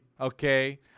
okay